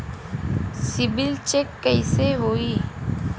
CIBIL check कइसे होला?